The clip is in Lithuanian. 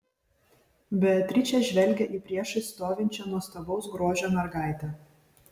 beatričė žvelgė į priešais stovinčią nuostabaus grožio mergaitę